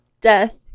death